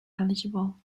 eligible